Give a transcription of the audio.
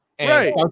Right